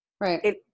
Right